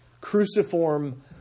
cruciform